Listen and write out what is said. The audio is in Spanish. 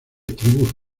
tribus